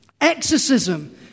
exorcism